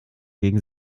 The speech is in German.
gegen